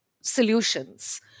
solutions